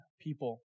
people